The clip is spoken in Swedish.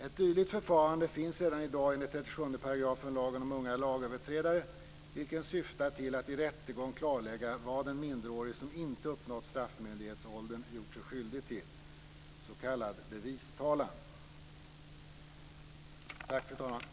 Ett dylikt förfarande finns redan i dag enligt § 37 lagen om unga lagöverträdare, vilken syftar till att i rättegång klarlägga vad den minderårige, som inte uppnått straffmyndighetsåldern, gjort sig skyldig till, s.k. bevistalan. Tack, fru talman!